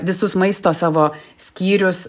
visus maisto savo skyrius